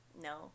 No